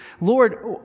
Lord